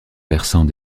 versant